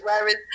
whereas